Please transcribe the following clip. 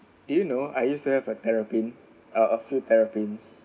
do you know I used to have a terrapin a few terrapin